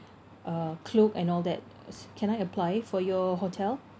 uh Klook and all that uh s~ can I apply for your hotel